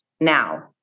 now